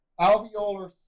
alveolar